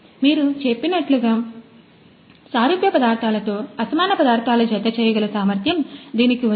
మీరు చెప్పినట్లుగా సారూప్య పదార్థాలతో అసమాన పదార్థాల జత చేయగల సామర్థ్యం దీనికి ఉంది